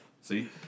see